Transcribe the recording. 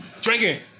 Drinking